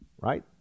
right